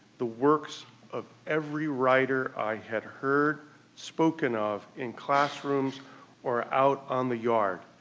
the works of every writer i had heard spoken of in classrooms or out on the yard.